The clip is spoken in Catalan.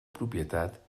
propietat